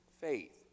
faith